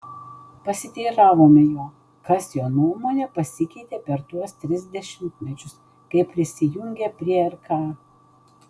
pasiteiravome jo kas jo nuomone pasikeitė per tuos tris dešimtmečius kai prisijungė prie rk